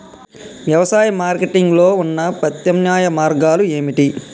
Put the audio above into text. వ్యవసాయ మార్కెటింగ్ లో ఉన్న ప్రత్యామ్నాయ మార్గాలు ఏమిటి?